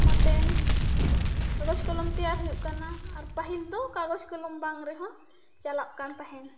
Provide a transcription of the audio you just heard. ᱟᱛᱮᱱ ᱠᱟᱜᱚᱡᱽ ᱠᱚᱞᱚᱢ ᱛᱮᱭᱟᱨ ᱦᱩᱭᱩᱜ ᱠᱟᱱᱟ ᱟᱨ ᱯᱟᱦᱤᱞᱫᱚ ᱠᱟᱜᱚᱡᱽ ᱠᱚᱞᱚᱢ ᱵᱟᱝ ᱨᱮᱦᱚᱸ ᱪᱟᱞᱟᱜᱠᱟᱱ ᱛᱟᱦᱮᱱ